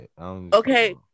Okay